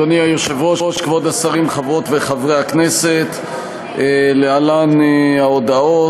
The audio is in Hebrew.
כבוד השרים, חברות וחברי הכנסת, להלן ההודעות.